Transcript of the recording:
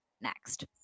next